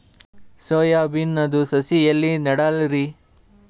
Soya ಬಿನದು ಸಸಿ ಎಲ್ಲಿ ನೆಡಲಿರಿ?